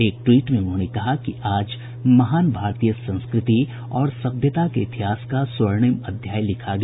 एक ट्वीट में उन्होंने कहा कि आज महान भारतीय संस्कृति और सभ्यता के इतिहास का स्वर्णिम अध्याय लिखा गया